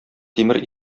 тимер